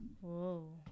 Whoa